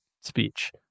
speech